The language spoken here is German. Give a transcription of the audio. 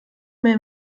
mehr